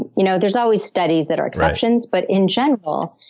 you know there's always studies that are exceptions, but in general,